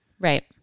Right